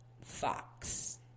Fox